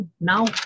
Now